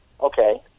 Okay